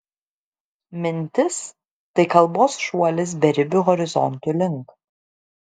mintis tai kalbos šuolis beribių horizontų link